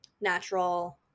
natural